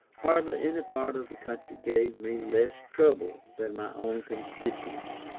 hardly any part of the country gave me less trouble than my own constituents.